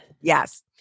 Yes